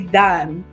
done